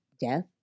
death